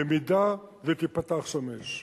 במידה שתיפתח שם אש,